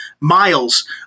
miles